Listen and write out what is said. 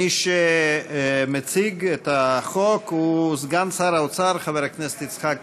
מי שמציג את החוק הוא סגן שר האוצר חבר הכנסת יצחק כהן.